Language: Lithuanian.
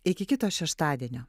iki kito šeštadienio